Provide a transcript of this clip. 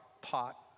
pot